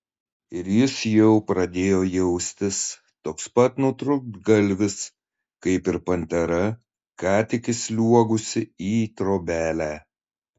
ir jis jau pradėjo jaustis toks pat nutrūktgalvis kaip ir pantera ką tik įsliuogusi į trobelę